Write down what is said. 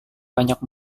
banyak